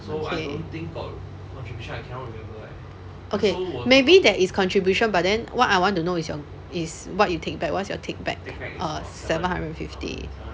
okay okay maybe there is contribution but then what I want to know is your is what you take back what's your take back take err seven hundred and fifty